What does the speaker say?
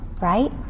right